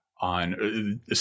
on